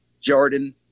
Jordan